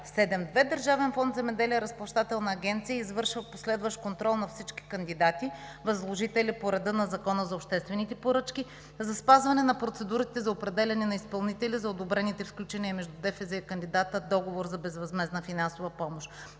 7.2, Държавен фонд „Земеделие“ – разплащателна агенция, извършва последващ контрол на всички кандидати – възложители по реда на Закона за обществените поръчки, за спазване на процедурите за определяне на изпълнители за одобрените и сключените между Държавен фонд „Земеделие“ и кандидата договори за безвъзмездна финансова помощ.